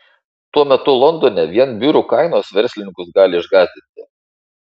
tuo metu londone vien biurų kainos verslininkus gali išgąsdinti